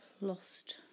lost